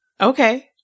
Okay